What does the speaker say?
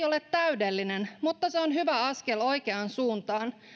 ole täydellinen mutta se on hyvä askel oikeaan suuntaan